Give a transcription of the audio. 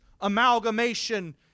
amalgamation